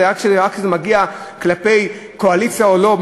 וכשזה מגיע לקואליציה או לא,